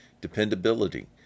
Dependability